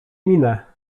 minę